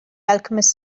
alchemist